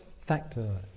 factor